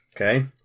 Okay